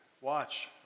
Watch